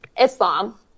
Islam